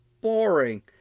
boring